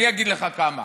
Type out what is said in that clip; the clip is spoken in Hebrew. אני אגיד לך כמה.